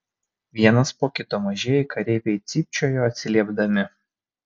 vienas po kito mažieji kareiviai cypčiojo atsiliepdami